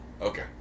Okay